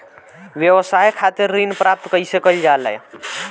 व्यवसाय खातिर ऋण प्राप्त कइसे कइल जाला?